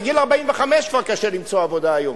בגיל 45 כבר קשה למצוא עבודה היום,